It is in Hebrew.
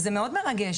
וזה מאוד מרגש.